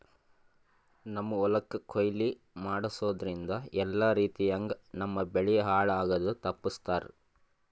ನಮ್ಮ್ ಹೊಲಕ್ ಕೊಯ್ಲಿ ಮಾಡಸೂದ್ದ್ರಿಂದ ಎಲ್ಲಾ ರೀತಿಯಂಗ್ ನಮ್ ಬೆಳಿ ಹಾಳ್ ಆಗದು ತಪ್ಪಸ್ತಾರ್